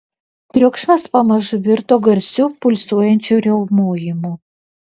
triukšmas pamažu virto garsiu pulsuojančiu riaumojimu